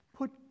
put